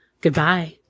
goodbye